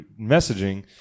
messaging